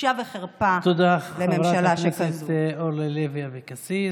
בושה וחרפה לממשלה שכזאת.